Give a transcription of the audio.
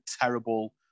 terrible